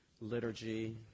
liturgy